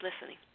listening